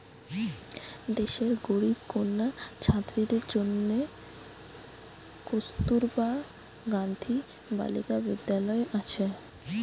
দেশের গরিব কন্যা ছাত্রীদের জন্যে কস্তুরবা গান্ধী বালিকা বিদ্যালয় আছে